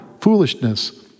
foolishness